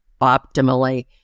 optimally